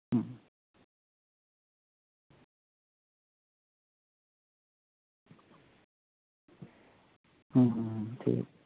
ᱦᱩᱸ ᱦᱩᱸ ᱦᱩᱸ ᱦᱩᱸ ᱴᱷᱤᱠ ᱜᱮᱭᱟ